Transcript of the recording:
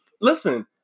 Listen